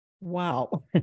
Wow